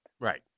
Right